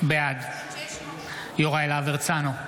בעד יוראי להב הרצנו,